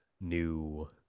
New